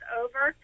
over